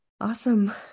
Awesome